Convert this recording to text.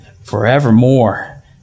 forevermore